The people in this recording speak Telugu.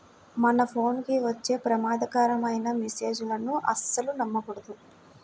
మన ఫోన్ కి వచ్చే ప్రమాదకరమైన మెస్సేజులను అస్సలు నమ్మకూడదు